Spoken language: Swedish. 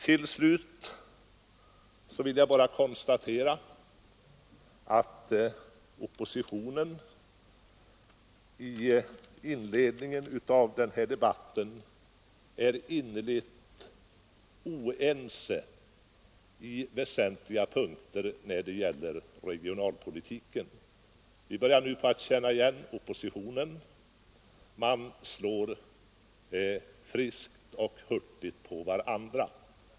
Till sist vill jag bara konstatera att de borgerliga partierna under inledningen av den här debatten var synnerligen oense på väsentliga punkter i fråga om regionalpolitiken. Vi börjar nu på att känna igen oppositionen. Man slår friskt och hurtigt mot varandra.